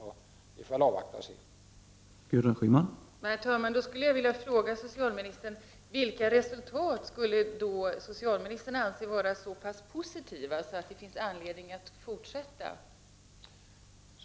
Vi får därför avvakta detta tills vidare.